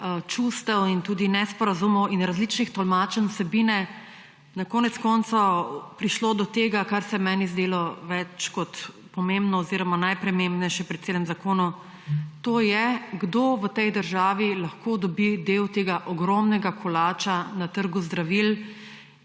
čustev in tudi nesporazumov in različnih tolmačenj vsebine, na koncu koncev prišlo do tega, kar se je meni zdelo več kot pomembno oziroma najpomembnejše pri celem zakonu, to je, kdo v tej državi lahko dobi del tega ogromnega kolača na trgu zdravil.